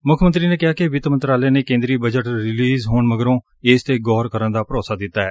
ਮੁੱਖ ਮੰਤਰੀ ਨੇ ਕਿਹਾ ਕਿ ਵਿੱਤ ਮੰਤਰਾਲੇ ਨੇ ਕੇਦਰੀ ਬਜਟ ਰਿਲੀਜ਼ ਹੋਣ ਮਗਰੋਂ ਇਸ ਤੇ ਗੌਰ ਕਰਨ ਦਾ ਭਰੋਸਾ ਦਿੱਤੈ